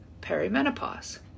perimenopause